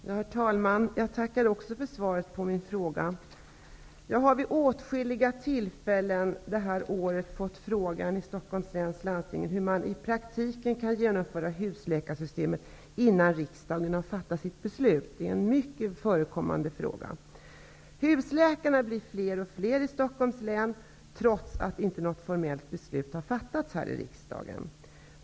Herr talman! Jag tackar för svaret på min fråga. Vid åtskilliga tillfällen detta år har jag i Stockholms läns landsting fått frågan hur man i praktiken kan genomföra husläkarsystemet innan riksdagen har fattat sitt beslut. Det är en ofta förekommande fråga. Husläkarna blir fler och fler i Stockholms län, trots att något formellt beslut inte fattats här i riksdagen.